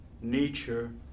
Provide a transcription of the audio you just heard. nature